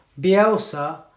Bielsa